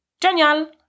Genial